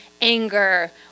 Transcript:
anger